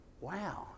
wow